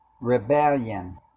Rebellion